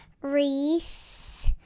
Reese